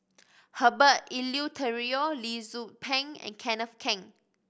Herbert Eleuterio Lee Tzu Pheng and Kenneth Keng